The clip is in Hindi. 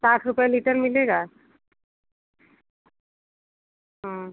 साठ रुपये लीटर मिलेगा हाँ